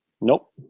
Nope